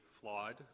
flawed